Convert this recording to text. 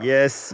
Yes